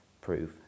proof